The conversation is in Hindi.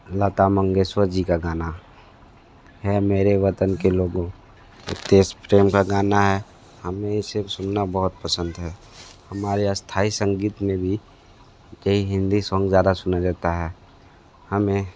लता मंगेशकर जी का गाना है मेरे वतन के लोगों देश प्रेम का गाना है हमें ये सब सुनना बहुत पसंद है हमारे स्थाई संगीत में भी कई हिन्दी सॉन्ग ज़्यादा सुना जाता है हमें